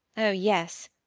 oh, yes.